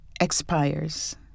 expires